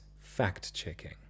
fact-checking